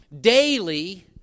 Daily